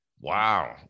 Wow